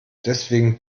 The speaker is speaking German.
deswegen